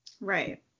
Right